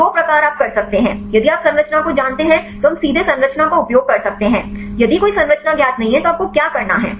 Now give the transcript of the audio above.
तो दो प्रकार आप कर सकते हैं यदि आप संरचना को जानते हैं तो हम सीधे संरचना का उपयोग कर सकते हैं यदि कोई संरचना ज्ञात नहीं है तो आपको क्या करना है